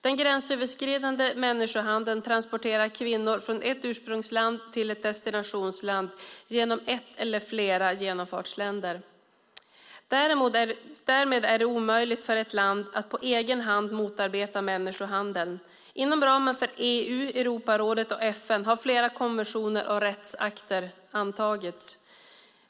Den gränsöverskridande människohandeln transporterar kvinnor från ett ursprungsland till ett destinationsland genom ett eller flera genomfartsländer. Därmed är det omöjligt för ett land att på egen hand motarbeta människohandeln. Inom ramen för EU, Europarådet och FN har flera konventioner och rättsakter antagits.